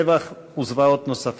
טבח וזוועות נוספות.